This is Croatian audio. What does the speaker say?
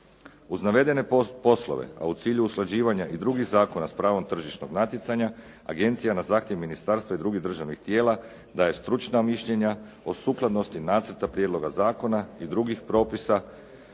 Uz navedene poslove a u cilju usklađivanja i drugih zakona s pravom tržišnog natjecanja agencija na zahtjev ministarstva i drugih državnih tijela daje stručna mišljenja o sukladnosti nacrta prijedloga zakona i drugih propisa